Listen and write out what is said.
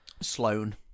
Sloan